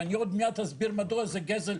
ואני עוד מעט אסביר מדוע זה גזל,